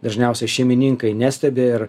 dažniausia šeimininkai nestebi ir